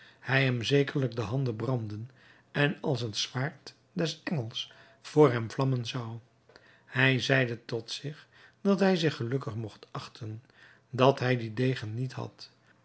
hij hem zekerlijk de handen branden en als het zwaard des engels voor hem vlammen zou hij zeide tot zich dat hij zich gelukkig mocht achten dat hij dien degen niet had